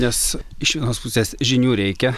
nes iš vienos pusės žinių reikia